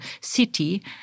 city